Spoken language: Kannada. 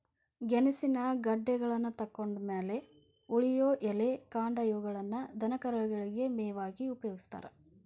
ಗೆಣಸಿನ ಗೆಡ್ಡೆಗಳನ್ನತಕ್ಕೊಂಡ್ ಮ್ಯಾಲೆ ಉಳಿಯೋ ಎಲೆ, ಕಾಂಡ ಇವುಗಳನ್ನ ದನಕರುಗಳಿಗೆ ಮೇವಾಗಿ ಉಪಯೋಗಸ್ತಾರ